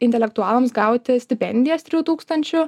intelektualams gauti stipendijas trijų tūkstančių